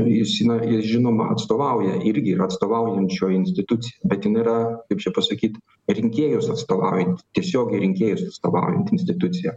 jis na jis žinoma atstovauja irgi yra atstovaujančioji institucija bet tai nėra kaip čia pasakyt rinkėjus atstovaujanti tiesiogiai rinkėjus atstovaujanti institucija